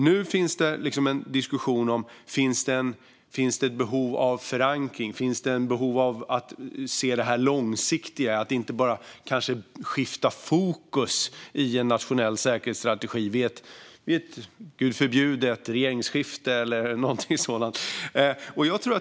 Nu förs det en diskussion om behovet av förankring och behovet av att se det långsiktiga. Man kanske inte ska skifta fokus i den nationella säkerhetsstrategin vid ett - gud förbjude - regeringsskifte eller någonting sådant.